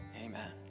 Amen